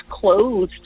closed